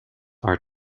are